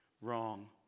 Wrong